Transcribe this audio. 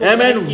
Amen